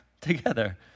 together